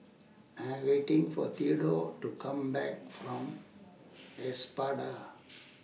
I Am waiting For Theadore to Come Back from Espada